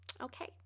okay